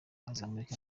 azamurika